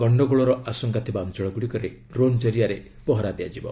ଗଣ୍ଡଗୋଳର ଆଶଙ୍କା ଥିବା ଅଞ୍ଚଳଗୁଡ଼ିକରେ ଡ୍ରୋନ୍ ଜରିଆରେ ପହରା ଦିଆଯିବ